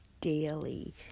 daily